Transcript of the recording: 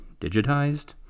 digitized